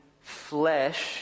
flesh